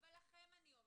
אבל לכם אני אומרת.